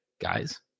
Guys